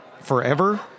forever